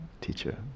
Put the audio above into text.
teacher